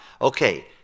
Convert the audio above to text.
okay